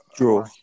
draw